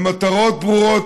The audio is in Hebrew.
מטרות ברורות,